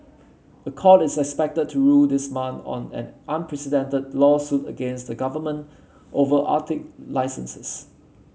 a court is expected to rule this month on an unprecedented lawsuit against the government over Arctic licenses